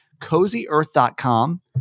CozyEarth.com